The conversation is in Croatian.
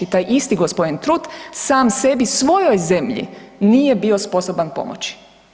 Taj isti gospodin Trut sam sebi svojoj zemlji nije bio sposoban pomoći.